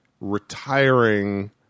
retiring